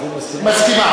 אז היא מסכימה לתנאים?